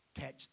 Catch